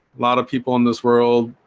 lot of people in this world